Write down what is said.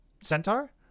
Centaur